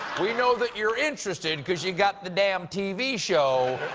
we know that you are interested in because you got the damn tv show.